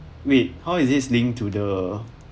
wait how is this link to the